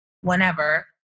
whenever